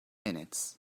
minutes